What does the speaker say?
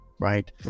Right